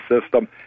system